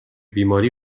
بیماری